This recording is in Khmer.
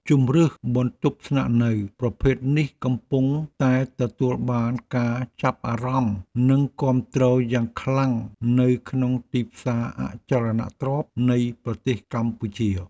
ជម្រើសបន្ទប់ស្នាក់នៅប្រភេទនេះកំពុងតែទទួលបានការចាប់អារម្មណ៍ និងគាំទ្រយ៉ាងខ្លាំងនៅក្នុងទីផ្សារអចលនទ្រព្យនៃប្រទេសកម្ពុជា។